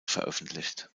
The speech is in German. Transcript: veröffentlicht